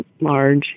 large